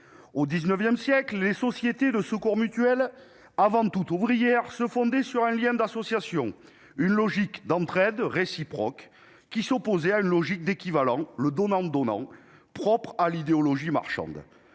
Au XIX siècle, les sociétés de secours mutuels, avant tout ouvrières, se fondaient sur un lien d'association, une logique d'entraide réciproque qui allait à l'encontre de la logique d'équivalent, le donnant-donnant, propre à l'idéologie marchande.